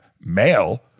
male